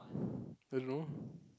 don't know